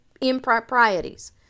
improprieties